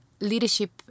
Leadership